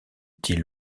dit